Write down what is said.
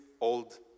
old